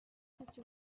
mister